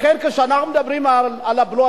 לכן כאשר אנחנו מדברים על הבלו,